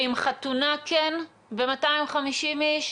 אם חתונה כן ב-250 איש,